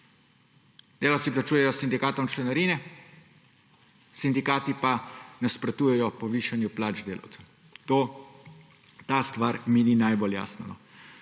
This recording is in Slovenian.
Delavci plačujejo sindikatom članarine, sindikati pa nasprotujejo povišanju plač delavcev. Ta stvar mi ni najbolj jasna.